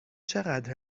چقدر